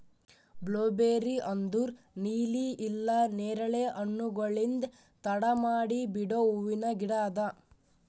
blueberry ಅಂದುರ್ ನೀಲಿ ಇಲ್ಲಾ ನೇರಳೆ ಹಣ್ಣುಗೊಳ್ಲಿಂದ್ ತಡ ಮಾಡಿ ಬಿಡೋ ಹೂವಿನ ಗಿಡ ಅದಾ